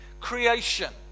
creation